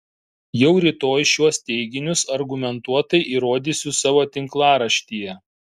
jau rytoj šiuos teiginius argumentuotai įrodysiu savo tinklaraštyje